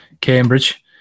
Cambridge